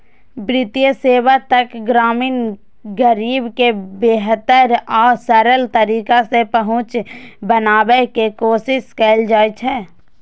वित्तीय सेवा तक ग्रामीण गरीब के बेहतर आ सरल तरीका सं पहुंच बनाबै के कोशिश कैल जाइ छै